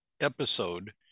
episode